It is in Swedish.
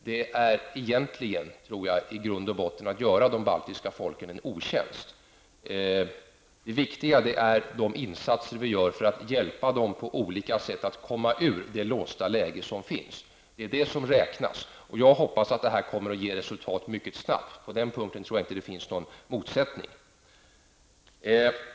Det är tror jag, i grund och botten att göra de baltiska folken en otjänst. Det viktiga är de insatser vi gör för att hjälpa dem på olika sätt att komma ur det låsta läge som råder. Det är det som räknas, och jag hoppas att det kommer att ge resultat mycket snabbt. På den punkten tror jag inte att det finns någon motsättning.